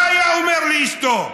מה היה אומר לאשתו?